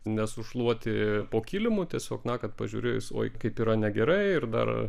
nesušluoti po kilimu tiesiog na kad pažiūrėjus oi kaip yra negerai ir dar